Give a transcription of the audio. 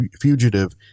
fugitive